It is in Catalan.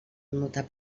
notable